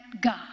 God